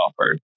offered